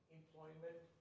employment